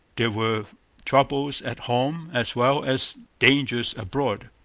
there were troubles at home as well as dangers abroad.